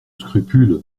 scrupules